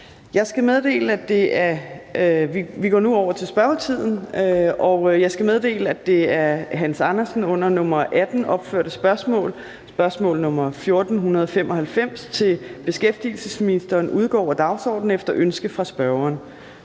Vi går nu over til spørgetiden. Og jeg skal meddele, at det af hr. Hans Andersen under nr. 13 opførte spørgsmål, spørgsmål nr. 1495, til beskæftigelsesministeren udgår af dagsordenen efter ønske fra spørgeren.